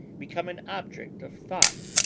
become an object of thought,